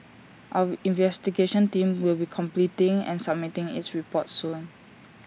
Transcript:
our investigation team will be completing and submitting its report soon